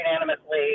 unanimously